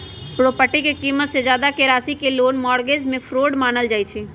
property के कीमत से जादा के राशि के लोन मोर्गज में फरौड मानल जाई छई